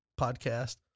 podcast